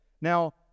Now